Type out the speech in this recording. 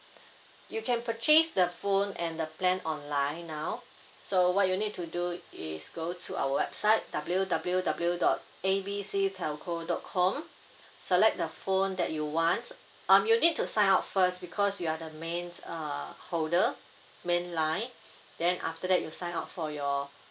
you can purchase the phone and the plan online now so what you need to do is go to our website W W W dot A B C telco dot com select the phone that you want um you need to sign up first because you are the mains uh holder main line then after that you sign up for your